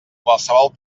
qualsevol